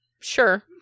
Sure